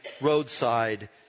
roadside